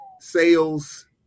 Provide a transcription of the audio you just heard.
sales